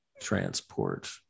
transport